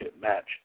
match